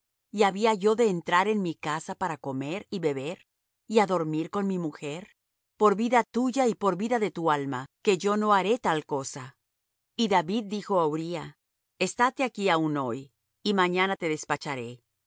y había yo de entrar en mi casa para comer y beber y á dormir con mi mujer por vida tuya y por vida de tu alma que yo no haré tal cosa y david dijo á uría estáte aquí aún hoy y mañana te despacharé